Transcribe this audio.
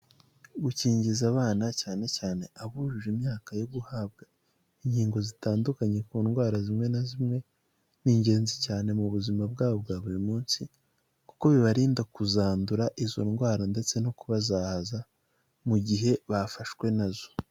Gukingiza abana cyane cyane abujuje imyaka yo guhabwa inkingo zitandukanye ku ndwara zimwe na zimwe, ni ingenzi cyane mu buzima bwabo bwa buri munsi kuko bibarinda kuzandura izo ndwara ndetse no kubazahaza mu gihe bafashwe nazo.